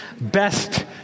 best